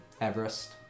Everest